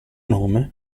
nome